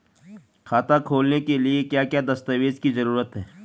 खाता खोलने के लिए क्या क्या दस्तावेज़ की जरूरत है?